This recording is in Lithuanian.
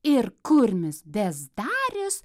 ir kurmis bezdarius